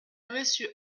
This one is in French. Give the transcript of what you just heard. monsieur